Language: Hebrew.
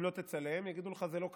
אם לא תצלם יגידו לך שזה לא קרה,